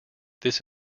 this